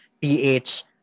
PH